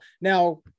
Now